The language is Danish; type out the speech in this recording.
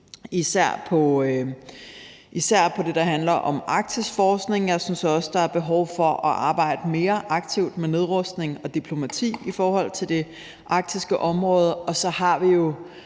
for det, der handler om Arktisforskning, og jeg synes også, at der er behov for at arbejde mere aktivt med nedrustning og diplomati i forhold til det arktiske område. Så har vi